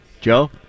Joe